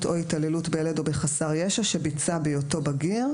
או התעללות בילד או בחסר ישע שביצע בהיותו בגיר,